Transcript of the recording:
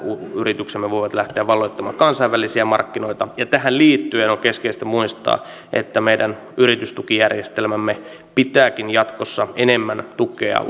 yrityksemme voivat lähteä valloittamaan kansainvälisiä markkinoita ja tähän liittyen on keskeistä muistaa että meidän yritystukijärjestelmämme pitääkin jatkossa enemmän tukea